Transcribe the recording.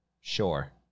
Sure